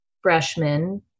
freshmen